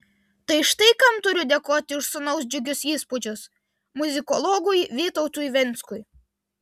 tai štai kam turiu dėkoti už sūnaus džiugius įspūdžius muzikologui vytautui venckui